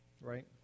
right